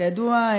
כידוע,